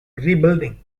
rebuilding